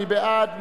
מי בעד?